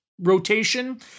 rotation